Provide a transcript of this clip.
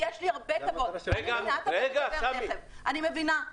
אני מבינה,